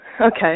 okay